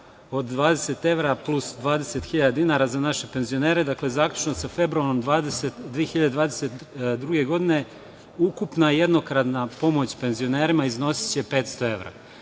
od 20 evra plus 20 hiljada dinara za naše penzionere. Zaključno sa februarom 2022. godine ukupna jednokratna pomoć penzionerima iznosiće 500 evra.